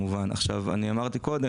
אני אמרתי קודם,